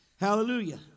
Hallelujah